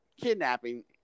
kidnapping